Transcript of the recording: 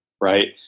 Right